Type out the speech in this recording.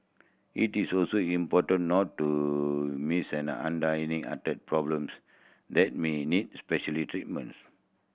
it is also important not to miss an an dining heart problems that may need specially treatments